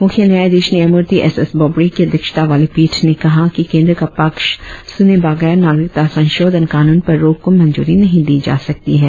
मुख्य न्यायधीश न्यायमूर्ति एस एस बोबड़े की अध्यक्षता वाली पीठ ने कहा कि केंद्र का पक्ष सुने बगैर नागरिकता संशोधन कानून पर रोक को मंजूरी नहीं दी जा सकती है